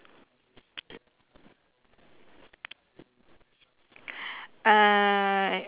uh